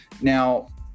Now